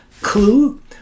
Clue